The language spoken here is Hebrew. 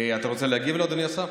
אתה רוצה להגיב לו, אדוני השר?